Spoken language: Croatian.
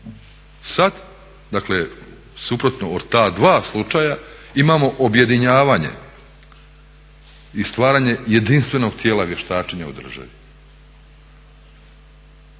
Sad, dakle suprotno od ta dva slučaja imamo objedinjavanje i stvaranje jedinstvenog tijela vještačenja u državi.